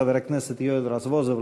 חבר הכנסת יואל רזבוזוב,